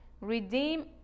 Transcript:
Redeem